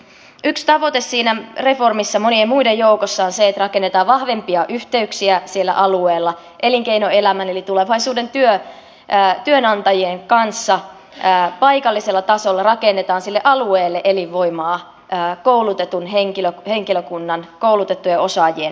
yksi tavoite siinä reformissa monien muiden joukossa on se että rakennetaan vahvempia yhteyksiä siellä alueella elinkeinoelämän eli tulevaisuuden työnantajien kanssa paikallisella tasolla rakennetaan sille alueelle elinvoimaa koulutetun henkilökunnan koulutettujen osaajien kautta